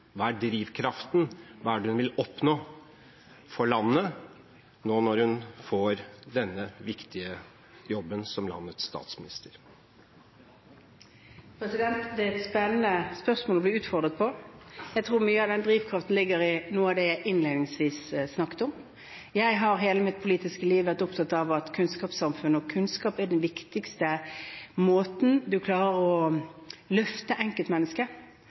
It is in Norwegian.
Hva er statsministerens motivasjon og drivkraft? Hva vil hun oppnå for landet, nå når hun får denne viktige jobben som landets statsminister? Det er et spennende spørsmål å bli utfordret med. Jeg tror at mye av den drivkraften ligger i noe av det jeg innledningsvis snakket om: Jeg har i hele mitt politiske liv vært opptatt av at kunnskapssamfunnet og kunnskap er den viktigste måten man klarer å løfte enkeltmennesket